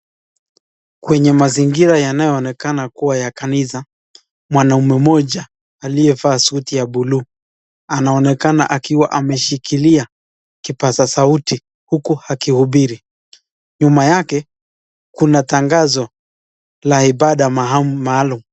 Kwenye mazingira yanayoonekana kuwa ya kanisa, mwanamume mmoja aliyevaa suti ya bluu anaonekana akiwa ameshikilia kipaza sauti huku akihubiri. Nyuma yake kuna tangazo la ibada maalum.